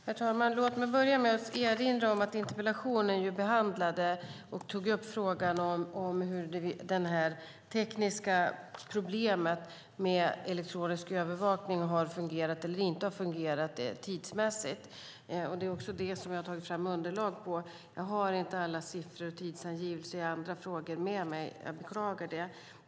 Herr talman! Låt mig erinra om att interpellationen ju tog upp frågan om det tekniska problemet, om elektronisk övervakning har fungerat eller inte tidsmässigt. Det är det jag har tagit fram underlag på. Jag har inte alla siffror och tidsangivelser i andra frågor med mig, och jag beklagar det.